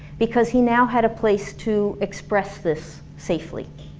because he now had a place to express this safely.